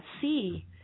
see